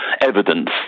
evidence